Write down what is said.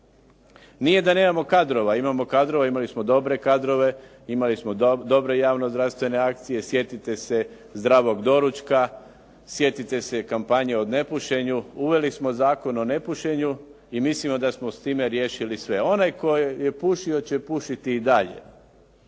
Nije da nemamo kadrova, imamo kadrova. Imali smo dobre kadrove, imali smo dobre javno-zdravstvene akcije. Sjetite se "Zdravog doručka", sjetite se kampanje o nepušenju, uveli smo Zakon o nepušenju i mislimo da smo s time riješili sve. Onaj tko je pušio će pušiti i dalje.